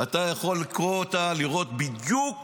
אתה יכול לקרוא אותה, לראות בדיוק